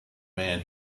man